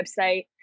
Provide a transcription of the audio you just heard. website